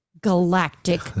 galactic